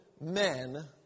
men